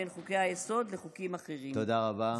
בין חוקי-היסוד לחוקים אחרים, תודה רבה.